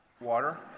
water